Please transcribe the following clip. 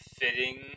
fitting